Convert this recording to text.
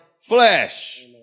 flesh